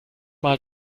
mal